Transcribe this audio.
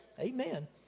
Amen